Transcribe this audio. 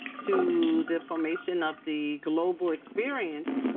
to the formation of the global experience,